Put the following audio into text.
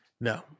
No